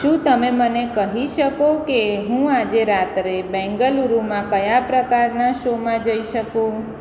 શું તમે મને કહી શકો કે હું આજે રાત્રે બેંગલુરુમાં કયા પ્રકારના શોમાં જઈ શકું